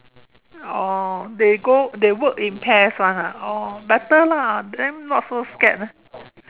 oh they go they work in pairs [one] ah oh better lah then not so scared ah